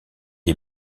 est